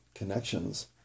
connections